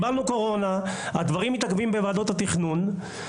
הדברים מתעכבים בוועדות התכנון.